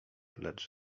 lecz